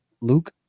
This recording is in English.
Luke